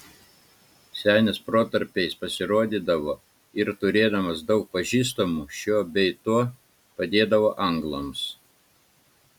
senis protarpiais pasirodydavo ir turėdamas daug pažįstamų šiuo bei tuo padėdavo anglams